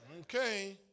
Okay